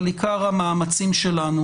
אבל עיקר המאמצים שלנו